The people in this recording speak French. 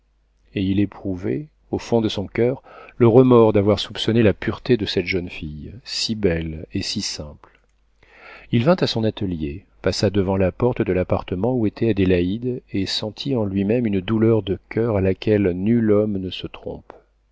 et il éprouvait au fond de son coeur le remords d'avoir soupçonné la pureté de cette jeune fille si belle et si simple il vint à son atelier passa devant la porte de l'appartement où était adélaïde et sentit en lui-même une douleur de coeur à laquelle nul homme ne se trompe